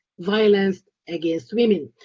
violence against women.